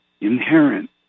inherent